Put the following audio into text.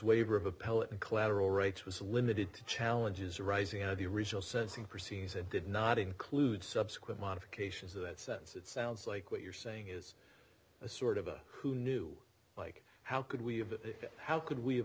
waiver of appellate collateral rights was limited to challenges arising out of the results sensing proceedings and did not include subsequent modifications that sense it sounds like what you're saying is a sort of a who knew like how could we have it how could we